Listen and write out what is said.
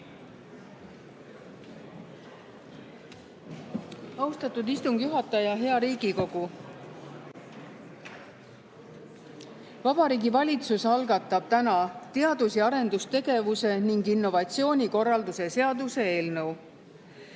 Austatud istungi juhataja! Hea Riigikogu! Vabariigi Valitsus algatab täna teadus‑ ja arendustegevuse ning innovatsiooni korralduse seaduse eelnõu.